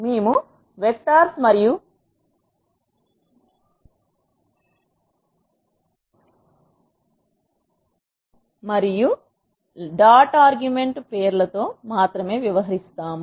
మేము వెక్టర్స్ మరియు dot argument పేర్లతో మాత్రమే వ్యవహరిస్తాము